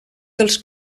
dels